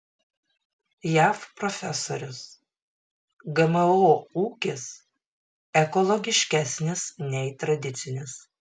jav profesorius gmo ūkis ekologiškesnis nei tradicinis